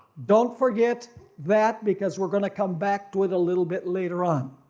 don't forget that because we're going to come back to it a little bit later on.